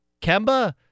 Kemba